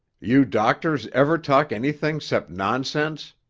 you doctors ever talk anything cept nonsense?